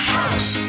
House